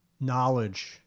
knowledge